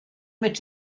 mit